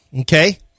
Okay